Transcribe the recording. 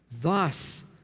Thus